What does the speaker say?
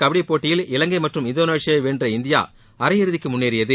கபடி போட்டியில் இலங்கை மற்றும் இந்தோனேஷியாவை வென்று இந்தியா அரையிறுத்திக்கு மகளிர் முன்னேறியது